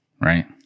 right